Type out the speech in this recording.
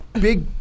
big